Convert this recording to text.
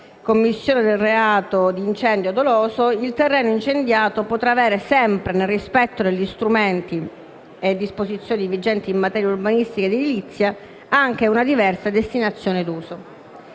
commissione del reato di incendio doloso, il terreno incendiato potrà avere, sempre nel rispetto degli strumenti e disposizioni vigenti in materia urbanistica ed edilizia, anche una diversa destinazione d'uso.